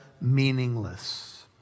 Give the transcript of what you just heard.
meaningless